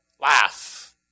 laugh